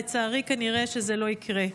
לצערי זה כנראה לא יקרה.